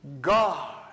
God